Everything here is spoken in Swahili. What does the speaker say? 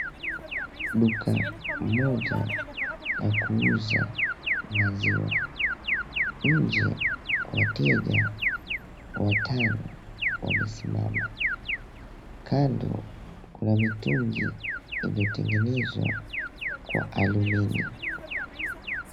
Duka moja la kuuza maziwa. Nje wateja watano wamesimama. Kando Kuna mitungi imetengenezwa kwa alumini .